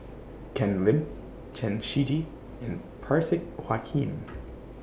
Ken Lim Chen Shiji and Parsick Joaquim